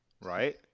right